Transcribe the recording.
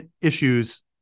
issues